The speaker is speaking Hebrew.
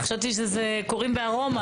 חשבתי שקוראים בארומה